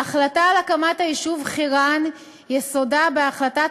ההחלטה על הקמת היישוב חירן יסודה בהחלטת